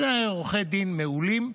שניהם היו עורכי דין מעולים,